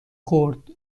خورد